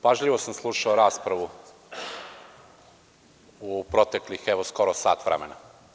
Pažljivo sam slušao raspravu u proteklih evo skoro sat vremena.